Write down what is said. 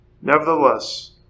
Nevertheless